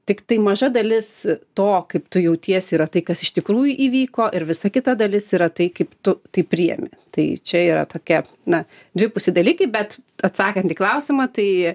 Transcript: tiktai maža dalis to kaip tu jautiesi yra tai kas iš tikrųjų įvyko ir visa kita dalis yra tai kaip tu tai priėmi tai čia yra tokia na dvipusi dalykai bet atsakant į klausimą tai